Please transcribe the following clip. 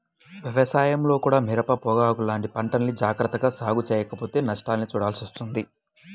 వ్యవసాయంలో కూడా మిరప, పొగాకు లాంటి పంటల్ని జాగర్తగా సాగు చెయ్యకపోతే నష్టాల్ని చూడాల్సి వస్తుంది